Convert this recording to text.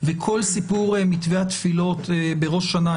וכל סיפור מתווה התפילות בראש השנה.